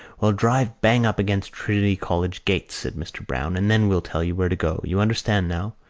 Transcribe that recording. well, drive bang up against trinity college gates, said mr. browne, and then we'll tell you where to go. you understand now?